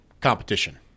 competition